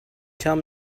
tell